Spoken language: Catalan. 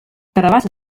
carabassa